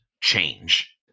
change